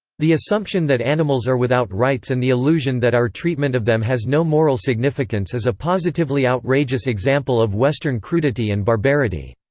the assumption that animals are without rights and the illusion that our treatment of them has no moral significance is a positively outrageous example of western crudity and barbarity.